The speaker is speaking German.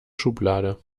schublade